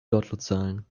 lottozahlen